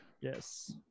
Yes